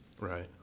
right